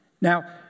Now